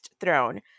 throne